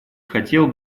хотел